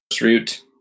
route